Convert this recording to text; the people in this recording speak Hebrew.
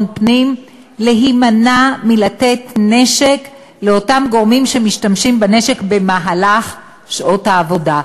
פנים להימנע מלתת נשק לאותם גורמים שמשתמשים בנשק במהלך שעות העבודה,